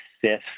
fifth